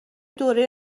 دوره